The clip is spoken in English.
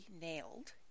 nailed